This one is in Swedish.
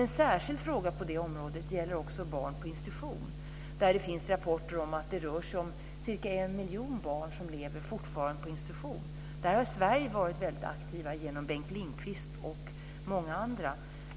En särskild fråga på området gäller barn på institution. Det finns rapporter om att det rör sig om cirka en miljon barn som fortfarande lever på institution. Där har Sverige har varit aktivt genom Bengt Lindqvist och många andra.